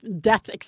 death